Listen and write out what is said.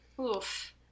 oof